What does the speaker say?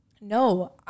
No